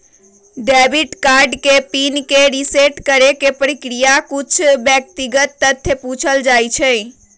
debit card के PIN के reset करेके प्रक्रिया में कुछ व्यक्तिगत तथ्य पूछल जाइ छइ